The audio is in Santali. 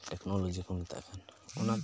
ᱴᱮᱠᱱᱳᱞᱚᱡᱤ ᱢᱮᱛᱟᱜ ᱠᱟᱱᱟ ᱚᱱᱟ ᱫᱚ